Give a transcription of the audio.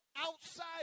outside